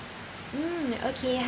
mm okay